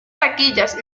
taquillas